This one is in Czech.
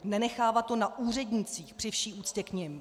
Nenechávat to na úřednících, při vší úctě k nim.